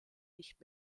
nicht